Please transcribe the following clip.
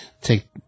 take